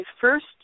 first